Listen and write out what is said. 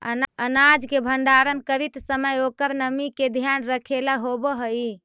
अनाज के भण्डारण करीत समय ओकर नमी के ध्यान रखेला होवऽ हई